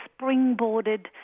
springboarded